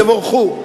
תבורכו.